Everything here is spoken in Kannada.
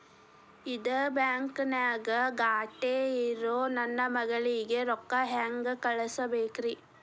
ಇದ ಬ್ಯಾಂಕ್ ನ್ಯಾಗ್ ಖಾತೆ ಇರೋ ನನ್ನ ಮಗಳಿಗೆ ರೊಕ್ಕ ಹೆಂಗ್ ಕಳಸಬೇಕ್ರಿ?